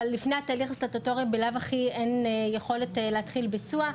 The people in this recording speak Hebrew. אבל לפני התהליך הסטטוטורי בלאו הכי אין יכולת להתחיל בביצוע.